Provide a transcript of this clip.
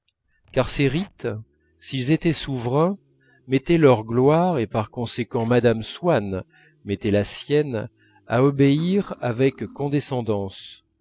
car ces rites s'ils étaient souverains mettaient leur gloire et par conséquent mme swann mettait la sienne à obéir avec condescendance